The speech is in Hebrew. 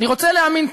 אני רוצה להאמין,